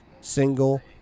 single